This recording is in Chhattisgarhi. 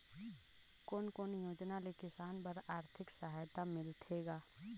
कोन कोन योजना ले किसान बर आरथिक सहायता मिलथे ग?